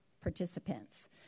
participants